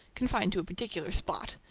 confined to a particular spot.